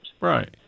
Right